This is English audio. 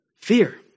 fear